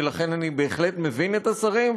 ולכן אני בהחלט מבין את השרים,